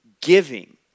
giving